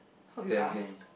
hope you ask